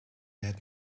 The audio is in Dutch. het